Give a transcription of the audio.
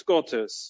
Gottes